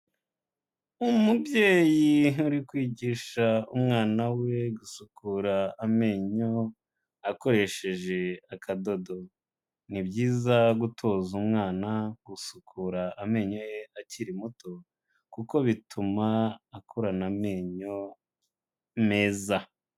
Umubyeyi ari kwigisha umwana we gusukura amenyo akoresheje akadodo ni byiza gutoza umwana gusukura amenyo ye akiri muto kuko bituma akorana amenyo meza.